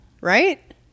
right